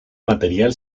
material